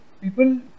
people